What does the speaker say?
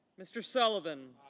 mr. solon,